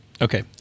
Okay